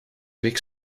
week